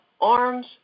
arms